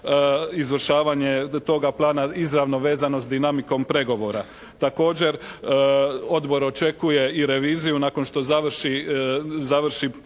izvršavanje toga plana izravno vezano s dinamikom pregovora. Također, Odbor očekuje i reviziju nakon što završi